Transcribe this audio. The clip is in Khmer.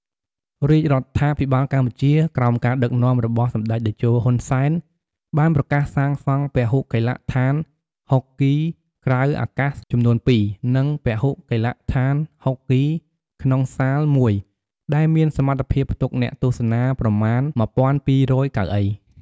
រាជរដ្ឋាភិបាលកម្ពុជា ក្រោមការដឹកនាំរបស់សម្ដេចតេជោ ហ៊ុន សែន បានប្រកាសសាងសង់ពហុកីឡដ្ឋានហុកគីក្រៅអាកាសចំនួនពីរ និងពហុកីឡដ្ឋានហុកគីក្នុងសាលមួយ ដែលមានសមត្ថភាពផ្ទុកអ្នកទស្សនាប្រមាណ ១,២០០ កៅអី។